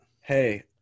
Hey